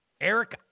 Eric